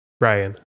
Ryan